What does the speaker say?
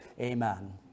amen